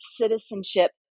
citizenship